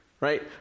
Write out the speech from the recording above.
right